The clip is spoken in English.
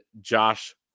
Josh